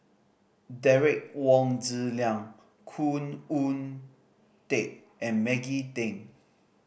Derek Wong Zi Liang Khoo Oon Teik and Maggie Teng